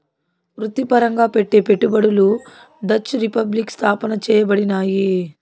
వృత్తిపరంగా పెట్టే పెట్టుబడులు డచ్ రిపబ్లిక్ స్థాపన చేయబడినాయి